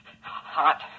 Hot